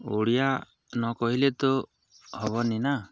ଓଡ଼ିଆ ନ କହିଲେ ତ ହବନି ନା